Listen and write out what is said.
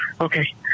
Okay